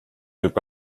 võib